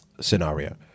scenario